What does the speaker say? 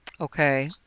Okay